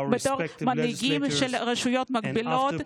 בתור מנהיגים של רשויות מקבילות,